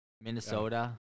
Minnesota